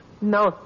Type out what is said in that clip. No